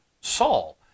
Saul